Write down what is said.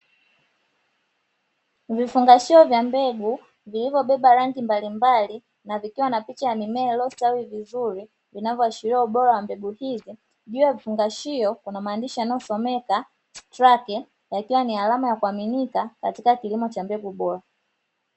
Vifungashio vya mbegu vilivobeba rangi ya mbalimbali , na vikiwa na picha ya mimea iliyostawi vizuri, inayoashiria ubora wa mbegu hizo. Juu ya vifungashio hicho kuna maandishi yanayosomeka strake, likiwa ni alama ya kuaminika katika kilimo cha mboga bora.